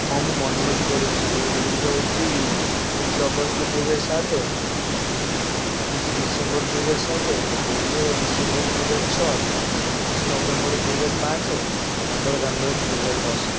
ହଁ ମୁଁ ମନେ ରଖିପାରିବି ସେ ସେଗୁଡ଼ିକ ହଉଚି ଏକୋଇଶ ଅଗଷ୍ଟ ଦୁଇହଜାର ସାତ ଏକୋଇଶ ଡିସେମ୍ବର ଦୁଇହଜାର ସାତେ କୋଡ଼ିଏ ଡିସେମ୍ବର ଦୁଇହଜାର ଛଅ ପଚିଶ ନଭେମ୍ବର ଦୁଇହଜାର ପାଞ୍ଚ ପନ୍ଦର ଜାନୁଆରୀ ଦୁଇହଜାର ଦଶ